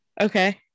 Okay